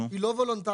היא לא וולונטרית.